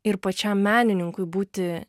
ir pačiam menininkui būti